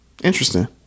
Interesting